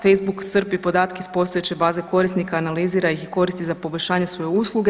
Facebook crpi podatke iz postojeće baze korisnika, analizira ih i koristi za poboljšanje svoje usluge.